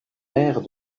mère